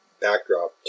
backdrop